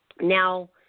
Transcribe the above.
Now